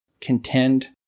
contend